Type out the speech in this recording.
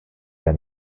der